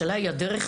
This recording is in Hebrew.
השאלה היא הדרך,